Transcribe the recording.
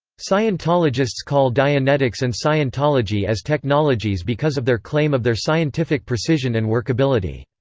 scientologists call dianetics and scientology as technologies because of their claim of their scientific precision and workability.